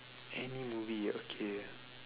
any movie okay